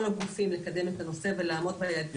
הגופים לקדם את הנושא ולעמוד ביעדים שנקבעו.